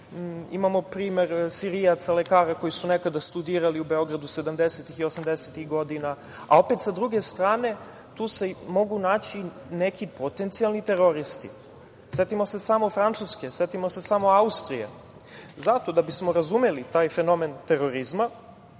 Imamo primer sirijaca lekara koji su nekada studirali u Beogradu, sedamdesetih i osamdesetih godina. Opet, sa druge strane tu se mogu naći neki potencijalni teroristi. Setimo se samo Francuske, setimo se samo Austrije. Zato, da bismo razumeli taj fenomen terorizma